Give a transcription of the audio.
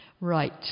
Right